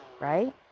right